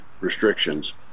restrictions